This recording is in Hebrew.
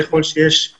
ככל שהזמן יאפשר,